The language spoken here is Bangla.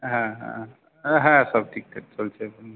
হ্যাঁ হ্যাঁ হ্যাঁ সব ঠিকঠাক চলছে হুম